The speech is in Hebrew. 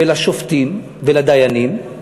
ולשופטים ולדיינים,